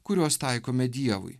kuriuos taikome dievui